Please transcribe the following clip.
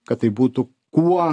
kad tai būtų kuo